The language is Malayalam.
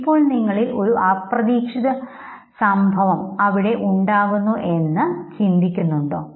ഇപ്പോൾ നിങ്ങളിൽ ഒരു അപ്രതീക്ഷിതസംഭവമുണ്ടാകുന്നുഅത് എന്താണെന്ന്ചിന്തിക്കുന്നുണ്ടോ